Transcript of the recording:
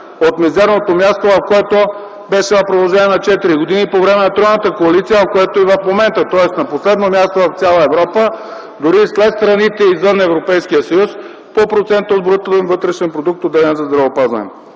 от мизерното място, в което беше в продължение на четири години по време на тройната коалиция, където е и в момента. Тоест на последно място в цяла Европа, дори и след страните извън Европейския съюз по процент от брутния вътрешен продукт, отделен за здравеопазване.